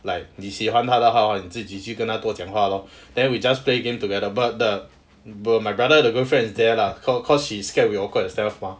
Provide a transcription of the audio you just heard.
like 你喜欢她的话你自己去跟她多讲话 lor then we just play game together but but my brother the girlfriend is there lah cause she scared we awkward and stuff mah